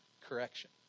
correction